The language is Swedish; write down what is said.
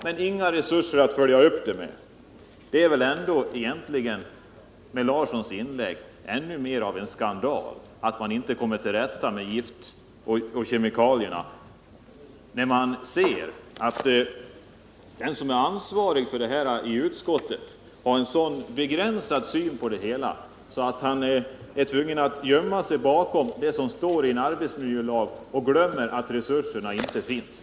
Men han nämner inget om de resurser som behövs för att följa upp riskerna. Einar Larssons inlägg blir mer av en skandal än svårigheten att komma till rätta med gifterna och kemikalierna, då man inser att den som är ansvarig i utskottet för de här frågorna har en sådan begränsad syn på dem att han är tvungen att gömma sig bakom det som står i en arbetsmiljölag, och glömmer att resurserna inte finns.